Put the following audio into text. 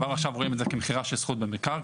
כבר עכשיו רואים את זה כמכירה של זכות במקרקעין.